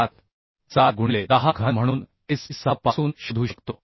7 गुणिले 10 घन म्हणून Sp 6 पासून शोधू शकतो